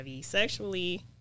sexually